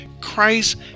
Christ